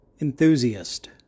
Enthusiast